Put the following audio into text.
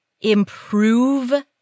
improve